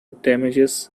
damages